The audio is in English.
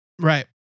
Right